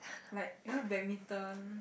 like you know badminton